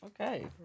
Okay